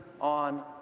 on